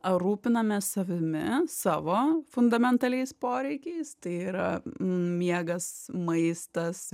rūpinamės savimi savo fundamentaliais poreikiais tai yra miegas maistas